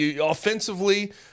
Offensively